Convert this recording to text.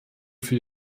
für